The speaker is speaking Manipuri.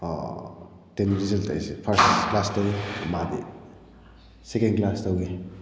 ꯇꯦꯟ ꯔꯤꯖꯜꯗ ꯑꯩꯁꯦ ꯐꯥꯔꯁ ꯀ꯭ꯂꯥꯁ ꯇꯧꯏ ꯃꯥꯗꯤ ꯁꯦꯀꯦꯟ ꯀ꯭ꯂꯥꯁ ꯇꯧꯏ